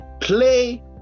play